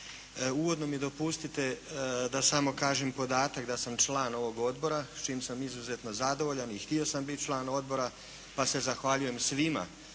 Uvodno mi dopustite da samo kažem podatak da sam član ovog Odbora, s čim sam izuzetno zadovoljan i htio sam biti član Odbora pa se zahvaljujem svima